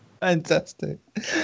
Fantastic